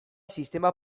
sistema